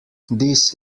this